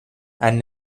and